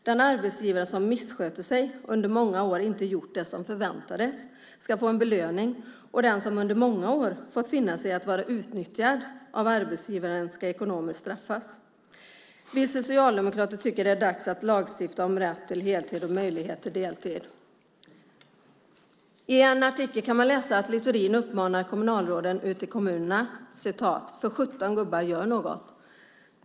Den arbetsgivare som missköter sig och under många år inte har gjort det som har väntats ska få en belöning, medan den som under många år har fått finna sig i att vara utnyttjad av arbetsgivaren ska ekonomiskt straffas. Vi socialdemokrater tycker att det är dags att lagstifta om rätt till heltid och möjlighet till deltid. I artikeln kan man läsa att Littorin uppmanar kommunalråden i kommunerna med orden: "För sjutton gubbar, gör någonting!"